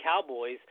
Cowboys